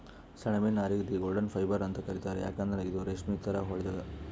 ಸೆಣಬಿನ್ ನಾರಿಗ್ the golden fibre ಅಂತ್ ಕರಿತಾರ್ ಯಾಕಂದ್ರ್ ಇದು ರೇಶ್ಮಿ ಥರಾ ಹೊಳಿತದ್